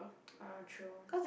ah true